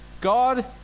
God